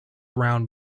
round